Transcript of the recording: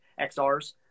xrs